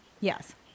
Yes